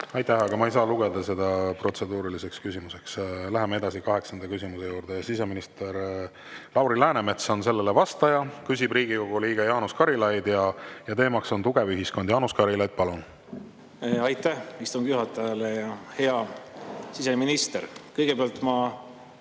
Aitäh, aga ma ei saa lugeda seda protseduuriliseks küsimuseks. Läheme edasi kaheksanda küsimuse juurde. Siseminister Lauri Läänemets on sellele vastaja, küsib Riigikogu liige Jaanus Karilaid ja teemaks on tugev ühiskond. Jaanus Karilaid, palun! Läheme edasi kaheksanda küsimuse juurde.